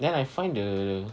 then I find the